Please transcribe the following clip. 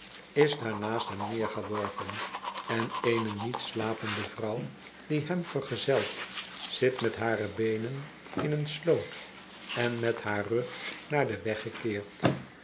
is daar naast hem neergeworpen en eene niet slapende vrouw die hem vergezelt zit met hare beenen in een sloot en met haar rug naar den weg gekeerd